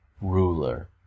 ruler